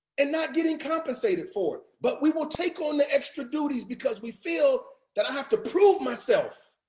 and not getting compensated for it. but we will take on the extra duties because we feel that i have to prove myself.